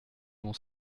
bon